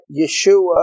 Yeshua